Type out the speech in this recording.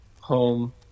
home